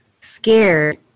scared